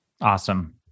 Awesome